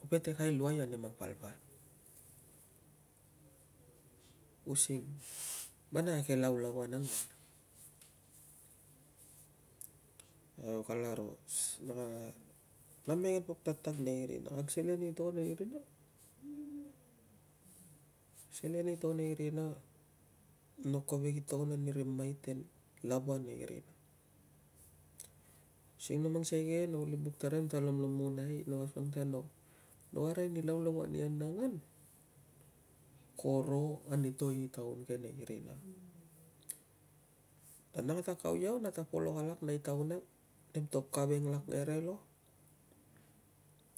Ko petekai luai ani mang palpal, using, man a ke laulauan ang au kalaro, na mengen pok tatag nei rina, kag selen i to nei rina. Kag selen i to nei rina, no kovek i togon ani ri maiten lava nei rina, using no mang sikei a igenen no kuli buk taraim ta lomlomonai, no asuang ta no arai ni laulauan i anangan ko ro ani to i taun ke nei rina. Nana kata kau iau, noto polok alak nei taun ang nemto kaveng lak ngerelo,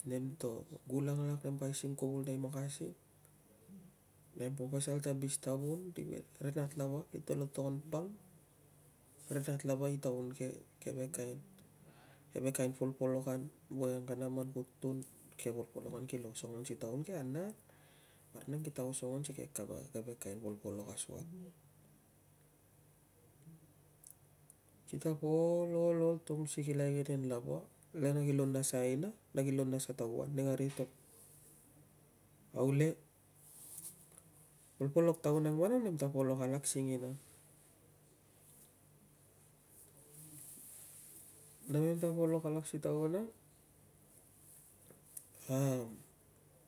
nem to gulang lak, nemto aising kuvul nei makasim, nempo pasal ta bis tavun veri nat lava kito lo togon pang, ri nat lava i taun ke, keve kain, keve kain polpolokan voiang kana man ku tun, keve polpolokan kilo osongon si taun ke anangan parik nang kita osongon si keve kain polpolok asuang. Kita po ol, ol, ol tung si kila igenen lava le na kilo nas a aina na kilo nas a tauan nei kari to, au le, polpolok i taun ang vanang, nemta polok alak singina. Namemta polok alak si taun ang,